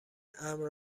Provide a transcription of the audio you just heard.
امن